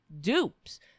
dupes